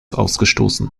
ausgestoßen